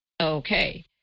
okay